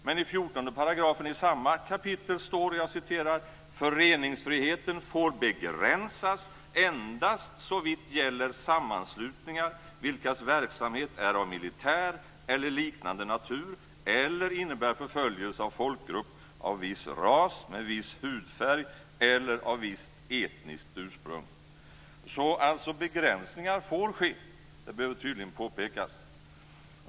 Men i 14 § samma kapitel står: "Föreningsfriheten får begränsas endast såvitt gäller sammanslutningar vilkas verksamhet är av militär eller liknande natur eller innebär förföljelse av folkgrupp av viss ras, med viss hudfärg eller av visst etniskt ursprung." Begränsningar får alltså ske. Det behöver tydligen påpekas.